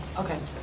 okay.